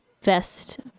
vest